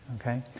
okay